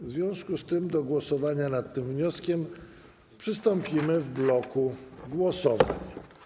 W związku z tym do głosowania nad tym wnioskiem przystąpimy w bloku głosowań.